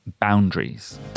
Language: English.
boundaries